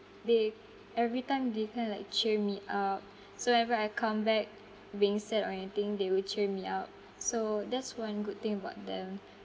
they every time they kind of like cheer me up so whenever I come back being sad or anything they will cheer me up so that's one good thing about them